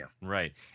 Right